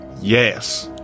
yes